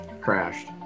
crashed